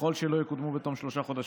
ככל שלא תקודם בתום שלושה חודשים,